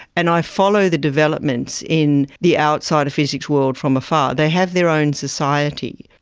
and i follow the developments in the outsider physics world from afar. they have their own society,